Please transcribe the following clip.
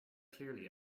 clearly